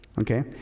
okay